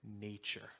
nature